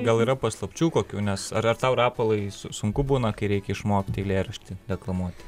gal yra paslapčių kokių nes ar ar tau rapolai su sunku būna kai reikia išmokti eilėraštį deklamuoti